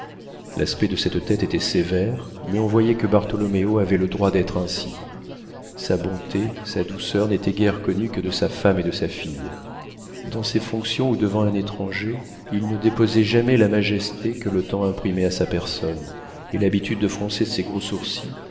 l'aspect de cette tête était sévère mais on voyait que bartholoméo avait le droit d'être ainsi sa bonté sa douceur n'étaient guère connues que de sa femme et de sa fille dans ses fonctions ou devant un étranger il ne déposait jamais la majesté que le temps imprimait à sa personne et l'habitude de froncer ses gros sourcils